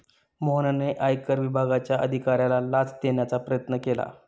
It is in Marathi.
मोहनने आयकर विभागाच्या अधिकाऱ्याला लाच देण्याचा प्रयत्न केला